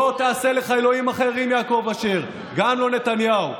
לא תעשה לך אלוהים אחרים, יעקב אשר, גם לא נתניהו.